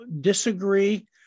disagree